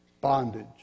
bondage